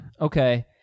Okay